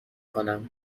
کنم